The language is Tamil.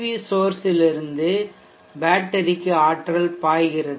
வி சோர்சிலிருந்து பேட்டரிக்கு ஆற்றல் பாய்கிறது